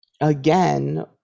again